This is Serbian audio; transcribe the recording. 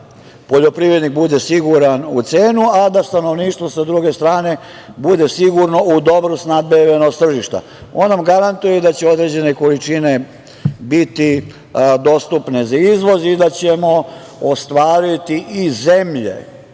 da poljoprivrednik bude siguran u cenu, a da stanovništvo sa druge strane bude sigurno u dobru snabdevenost tržišta. On nam garantuje da će određene količine biti dostupne za izvoz i da ćemo ostvariti iz zemlje